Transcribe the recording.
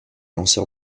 lanceur